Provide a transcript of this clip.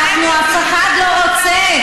אף אחד לא רוצה,